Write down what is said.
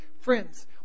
Friends